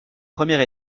première